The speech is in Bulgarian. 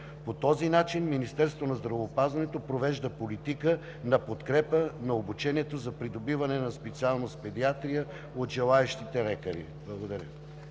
По този начин Министерството на здравеопазването провежда политика на подкрепа на обучението за придобиване на специалност „Педиатрия“ от желаещите лекари. Благодаря.